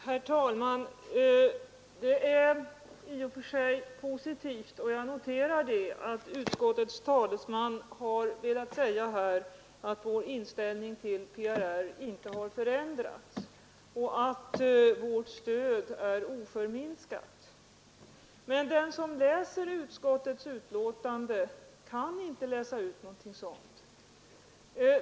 Herr talman! Det är i och för sig positivt — och jag noterar detta — att utskottets talesman velat säga att vår inställning till PRR inte har förändrats och att vårt stöd till PRR är oförminskat. Men den som tar del av utskottets betänkande kan inte läsa ut någonting sådant.